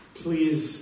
please